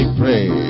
pray